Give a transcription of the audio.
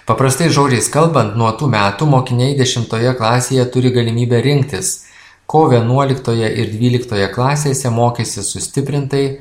paprastais žodžiais kalbant nuo tų metų mokiniai dešimtoje klasėje turi galimybę rinktis ko vienuoliktoje ir dvyliktoje klasėse mokysis sustiprintai